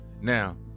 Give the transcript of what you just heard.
now